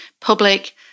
public